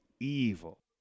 Evil